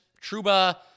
Truba